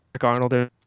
arnold